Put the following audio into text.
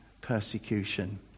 persecution